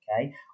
okay